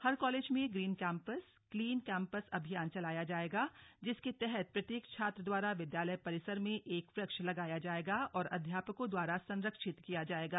हर college में green campus clean campus अभियान चलाया जाएगा जिसके तहत प्रत्येक छात्र द्वारा विद्यालय परिसर में एक वृक्ष लगाया जाएगा और अध्यापकों द्वारा संरक्षित किया जाएगा